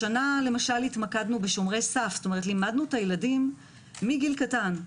השנה התמקדנו בשומרי סף לימדנו את הילדים מגיל קטן,